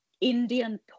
indian